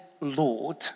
Lord